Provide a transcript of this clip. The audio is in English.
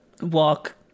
walk